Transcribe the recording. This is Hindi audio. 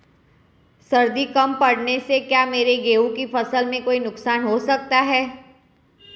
सर्दी कम पड़ने से क्या मेरे गेहूँ की फसल में कोई नुकसान हो सकता है?